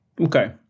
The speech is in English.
okay